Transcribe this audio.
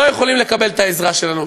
לא יכול לקבל את העזרה שלנו.